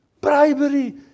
bribery